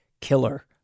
killer